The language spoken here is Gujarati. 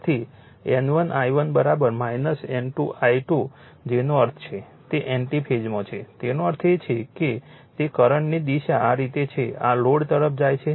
તેથી N1 I1 N2 I2 જેનો અર્થ છે તે એન્ટિ ફેઝમાં છે તેનો અર્થ એ છે કે તે કરંટની દિશા આ રીતે છે કે આ લોડ તરફ જાય છે